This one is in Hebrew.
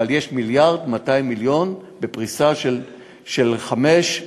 אבל יש 1.2 מיליארד בפריסה של חמש,